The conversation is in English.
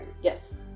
Yes